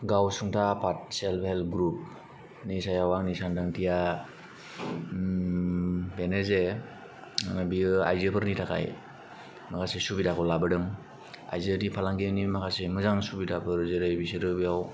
गाव सुंथा आफाद सेल्प हेल्प ग्रुपनि सायाव आंनि सानदांथिया बेनो जे बियो आयजोफोरनि थाखाय माखासे सुबिदाखौ लाबोदों आइजोआरि फालांगिनि माखासे मोजां सुबिदाफोर जेरै बिसोर बेयाव